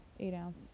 Eight-ounce